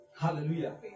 Hallelujah